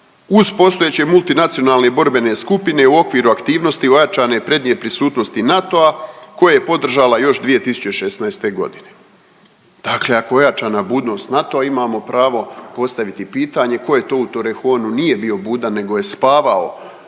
uz postojeće multinacionalne borbene skupine u okviru aktivnosti ojačane prednje prisutnosti NATO-a koje je podržala još 2016. godine. Dakle ako je ojačana budnost NATO-a imamo pravo postaviti pitanje tko je to u Torrejonu nije bio budan nego je spavao